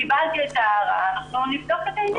קיבלתי את הערה, אנחנו נבדוק את העניין.